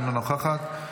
אינה נוכחת,